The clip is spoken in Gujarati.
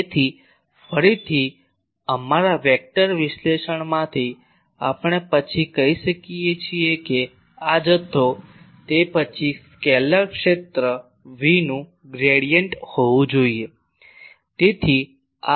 તેથી ફરીથી અમારા વેક્ટર વિશ્લેષણમાંથી આપણે પછી કહી શકીએ કે આ જથ્થો આ તે પછી સ્કેલેર ક્ષેત્ર Vનું ગ્રેડીયંટ હોવું જોઈએ